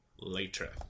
later